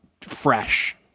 fresh